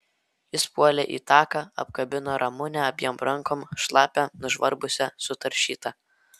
jis puolė į taką apkabino ramunę abiem rankom šlapią nužvarbusią sutaršytą